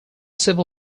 civil